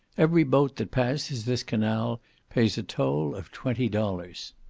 every boat that passes this canal pays a toll of twenty dollars.